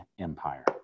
Empire